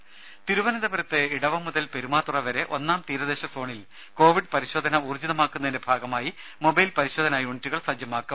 ദേദ തിരുവനന്തപുരത്ത് ഇടവ മുതൽ പെരുമാതുറ വരെ ഒന്നാം സോണിൽ കോവിഡ് തീരദേശ ഊർജിതമാക്കുന്നതിന്റെ ഭാഗമായി മൊബൈൽ പരിശോധനാ യൂണിറ്റുകൾ സജ്ജമാക്കും